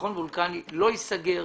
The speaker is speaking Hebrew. מכון וולקני לא ייסגר,